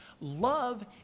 Love